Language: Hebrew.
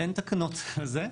אין תקנות לזה.